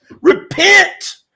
repent